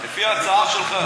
לפי ההצעה שלך,